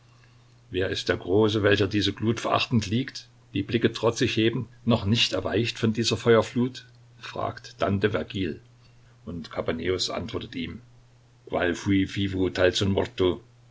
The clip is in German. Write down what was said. wer ist der große welcher diese glut verachtend liegt die blicke trotzig hebend noch nicht erweicht von dieser feuerflut fragt dante vergil und kapaneus antwortet ihm qual